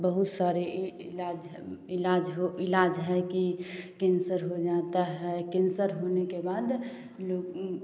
बहुत सारे इलाज है कि कैंसर हो जाता है कैंसर होने के बाद लोग